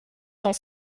cent